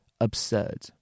absurd